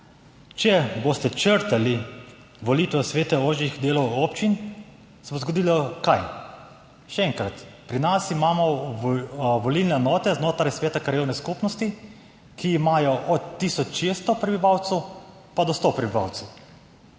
Če boste črtali volitve v svete ožjih delov občin, se bo zgodilo – kaj? Še enkrat, pri nas imamo volilne enote znotraj sveta krajevne skupnosti, ki imajo od tisoč 600 prebivalcev pa do 100 prebivalcev.